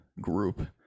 group